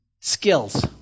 Skills